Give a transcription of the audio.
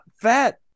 fat